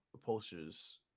posters